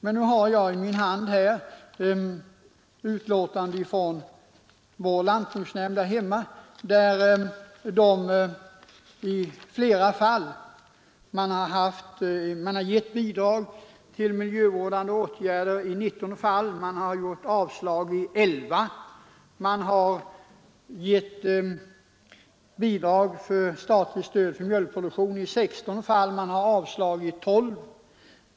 Jag har här i min hand ett utlåtande från lantbruksnämnden i min hembygd som i flera fall gett bidrag till miljövårdande åtgärder. Av 30 ansökningar har nämnden bifallit 19 men avslagit 11. Den har gett bidrag för statligt stöd till mjölkproduktion i 16 fall och avslagit ansökningar i 12 fall.